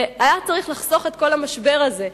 והיה צריך לחסוך את כל המשבר הזה,